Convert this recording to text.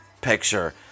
picture